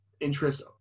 interest